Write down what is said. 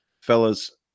fellas